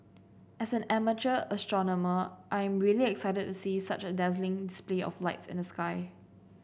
as an amateur astronomer I am really excited to see such a dazzling space of lights in the sky